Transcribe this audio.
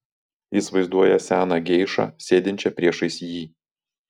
jis vaizduoja seną geišą sėdinčią priešais jį